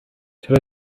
چرا